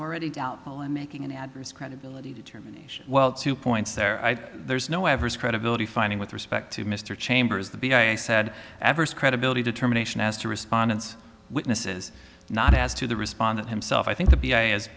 already doubtful and making an adverse credibility determination well two points there there's no adverse credibility finding with respect to mr chambers the b i said adverse credibility determination as to respondents witnesses not as to the respondent himself i think the